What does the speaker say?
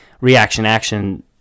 reaction-action